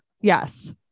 Yes